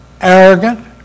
arrogant